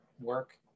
work